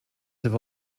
have